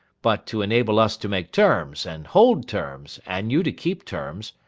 but to enable us to make terms, and hold terms, and you to keep terms,